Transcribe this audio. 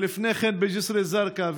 לפני כן בג'יסר א-זרקא,